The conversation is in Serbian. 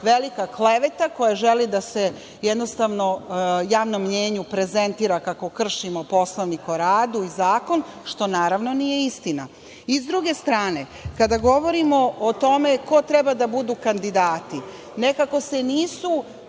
velika kleveta koja želi da se javnom mnenju prezentira kako kršimo Poslovnik o radu i zakon, što naravno nije istina. Sa druge strane, kada govorimo o tome ko treba da budu kandidati, nekako se nisu